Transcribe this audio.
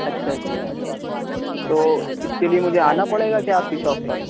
اچھا اچھا تو اس کے لیے مجھے آنا پڑے گا کیا آپ کی شاپ پر